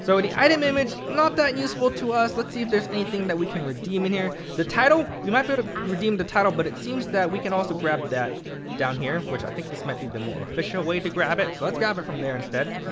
so the item image, not that useful to us. let's see if there's anything that we can redeem in here. the title, we might be able to redeem the title, but it seems that we can also grab that down here which i think this might be the more efficient way to grab it. so let's get it from there instead,